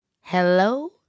hello